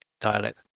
dialect